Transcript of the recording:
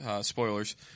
Spoilers